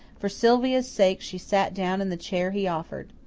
for sylvia's sake she sat down in the chair he offered.